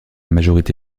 majorité